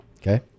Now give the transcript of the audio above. Okay